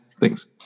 thanks